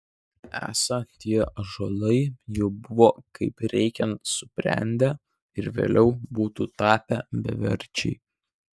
esą tie ąžuolai jau buvo kaip reikiant subrendę ir vėliau būtų tapę beverčiai